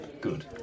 good